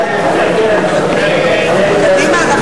מי נמנע?